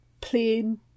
plain